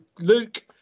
luke